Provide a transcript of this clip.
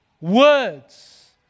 words